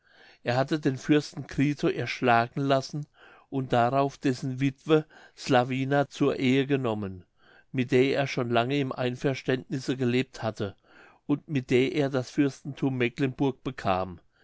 er hatte den fürsten crito erschlagen lassen und darauf dessen wittwe slavina zur ehe genommen mit der er schon lange im einverständnisse gelebt hatte und mit der er das fürstenthum mecklenburg bekam